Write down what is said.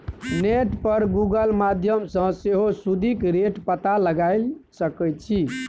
net पर Google माध्यमसँ सेहो सुदिक रेट पता लगाए सकै छी